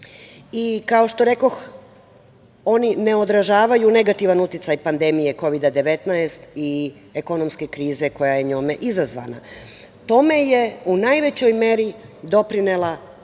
što rekoh, oni ne održavaju negativan uticaj pandemije Kovida 19 i ekonomske krize koja je njome izazvana. Tome je u najvećoj meri doprinela